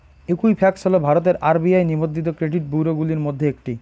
Equifax হল ভারতের RBI নিবন্ধিত ক্রেডিট ব্যুরোগুলির মধ্যে একটি